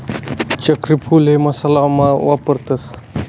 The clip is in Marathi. चक्रफूल हे मसाला मा वापरतस